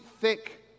thick